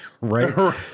Right